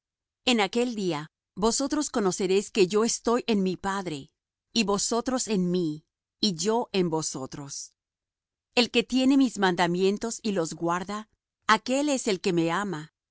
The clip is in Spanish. en aquel día vosotros conoceréis que yo estoy en mi padre y vosotros en mí y yo en vosotros el que tiene mis mandamientos y los guarda aquél es el que me ama